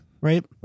Right